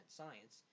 science